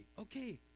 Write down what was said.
okay